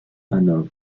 hanovre